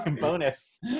bonus